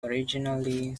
originally